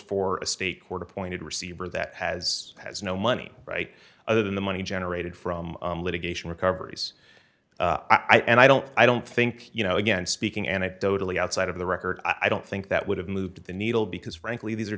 a state court appointed receiver that has has no money right other than the money generated from litigation recoveries i don't i don't think you know again speaking anecdotally outside of the record i don't think that would have moved the needle because frankly these are